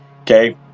Okay